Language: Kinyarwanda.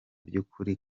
by’ukuri